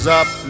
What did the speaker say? up